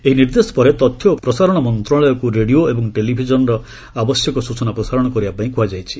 ଏହି ନିର୍ଦ୍ଦେଶ ପରେ ତଥ୍ୟ ଓ ପ୍ରସାରଣ ମନ୍ତ୍ରଣାଳୟକୁ ରେଡ଼ିଓ ଏବଂ ଟେଲିଭିଜନରେ ଆବଶ୍ୟକ ସୂଚନା ପ୍ରସାର କରିବାପାଇଁ କୁହାଯାଇଛି